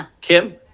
Kim